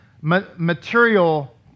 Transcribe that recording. material